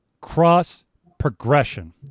cross-progression